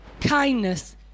kindness